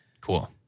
Cool